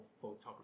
photography